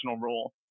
role